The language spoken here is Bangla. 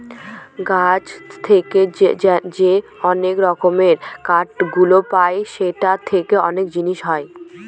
গাছ থেকে যে অনেক রকমের কাঠ গুলো পায় সেখান থেকে অনেক জিনিস হয়